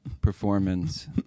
performance